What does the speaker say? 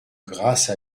grasse